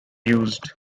used